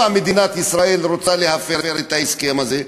מדינת ישראל רוצה להפר את ההסכם הזה,